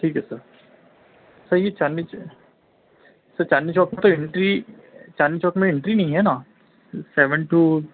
ٹھیک ہے sir sir یہ چاندنی چہ سر چاندنی چوک میں تو انٹری چاندی چوک میں انٹری نہیں ہے نا سیون ٹو